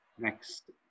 Next